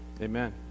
Amen